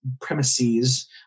premises